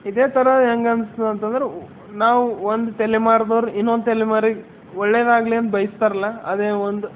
ಇದೇ ಥರ ಹೆಂಗೆ ಅನ್ನಿಸ್ತು ಅಂತಂದರೆ ನಾವು ಒಂದು ತಲೆಮಾರಿನವ್ರು ಇನ್ನೊಂದು ತಲೆಮಾರಿಗೆ ಒಳ್ಳೇದಾಗಲಿ ಅಂತ ಬಯಸ್ತಾರಲ್ಲ ಅದೇ ಒಂದು